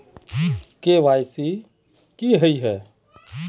KYC की हिये है?